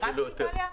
אפילו יותר.